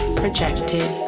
projected